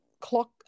clock